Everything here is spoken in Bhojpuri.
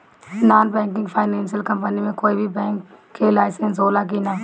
नॉन बैंकिंग फाइनेंशियल कम्पनी मे कोई भी बैंक के लाइसेन्स हो ला कि ना?